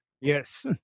yes